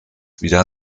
wieder